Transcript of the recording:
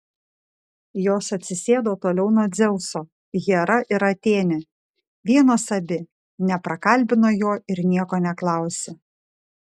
jos atsisėdo toliau nuo dzeuso hera ir atėnė vienos abi neprakalbino jo ir nieko neklausė